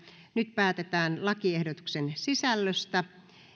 nyt päätetään lakiehdotuksen sisällöstä